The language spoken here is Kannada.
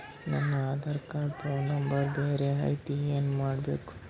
ನನ ಆಧಾರ ಕಾರ್ಡ್ ಫೋನ ನಂಬರ್ ಬ್ಯಾರೆ ಐತ್ರಿ ಏನ ಮಾಡಬೇಕು?